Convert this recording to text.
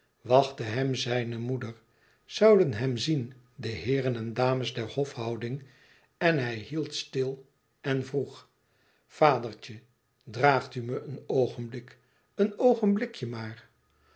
wachtte hem zijne moeder zouden hem zien de heeren en dames der hofhouding en hij hield stil en vroeg vadertje draagt u me een oogenblik een oogenblikje maar